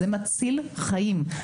זה מציל חיים.